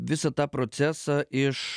visą tą procesą iš